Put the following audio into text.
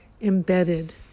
embedded